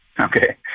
Okay